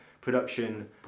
production